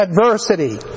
adversity